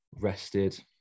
rested